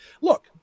look